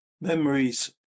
memories